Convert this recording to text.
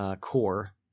Core